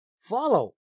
follow